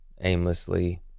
aimlessly